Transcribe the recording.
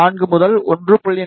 4 முதல் 1